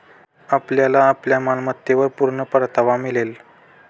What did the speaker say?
आपल्याला आपल्या मालमत्तेवर पूर्ण परतावा मिळेल